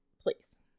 please